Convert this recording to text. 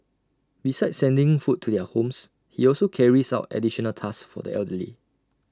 besides sending food to their homes he also carries out additional tasks for the elderly